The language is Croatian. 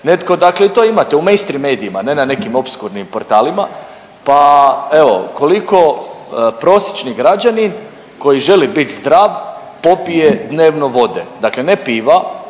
netko dakle i to imate u mainstream medijima ne na nekim opskurnim portalima, pa evo koliko prosječni građanin koji želi bit zdrav popije dnevno vode, dakle ne piva,